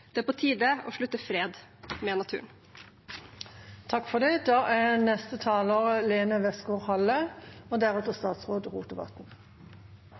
Det er på tide å slutte fred med